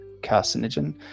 carcinogen